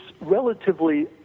relatively